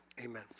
Amen